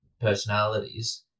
personalities